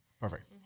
Perfect